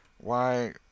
Why